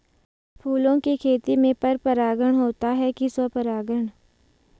फूलों की खेती में पर परागण होता है कि स्वपरागण?